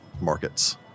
markets